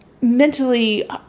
mentally